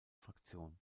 fraktion